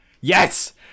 Yes